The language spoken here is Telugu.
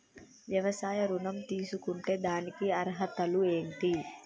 వ్యవసాయ ఋణం తీసుకుంటే దానికి అర్హతలు ఏంటి?